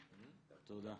תודה.